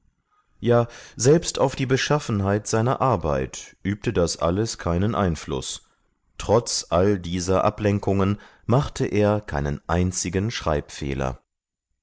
ja selbst auf die beschaffenheit seiner arbeit übte das alles keinen einfluß trotz all dieser ablenkungen machte er keinen einzigen schreibfehler